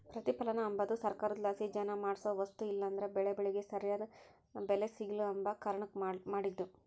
ಪ್ರತಿಪಲನ ಅಂಬದು ಸರ್ಕಾರುದ್ಲಾಸಿ ಜನ ಮಾಡೋ ವಸ್ತು ಇಲ್ಲಂದ್ರ ಬೆಳೇ ಬೆಳಿಗೆ ಸರ್ಯಾದ್ ಬೆಲೆ ಸಿಗ್ಲು ಅಂಬ ಕಾರಣುಕ್ ಮಾಡಿದ್ದು